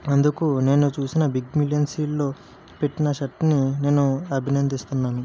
అందుకు నేను చూసిన బిగ్ మిలియన్ సేల్లో పెట్టిన షర్ట్ని నేను అభినందిస్తున్నాను